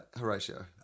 Horatio